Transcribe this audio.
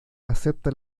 acepta